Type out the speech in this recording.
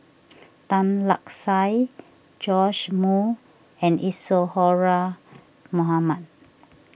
Tan Lark Sye Joash Moo and Isadhora Mohamed